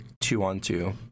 two-on-two